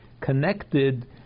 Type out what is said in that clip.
connected